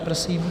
Prosím.